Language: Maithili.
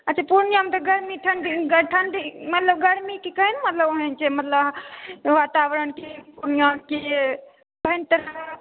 अच्छा पूर्णियाँमे तऽ गरमी ठण्डी ठण्डी मतलब गरमी कि केहन ओहें छै मतलब वातावरण छै पूर्णियाँके कोन तरहक